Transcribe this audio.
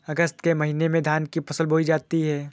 अगस्त के महीने में धान की फसल बोई जाती हैं